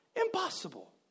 Impossible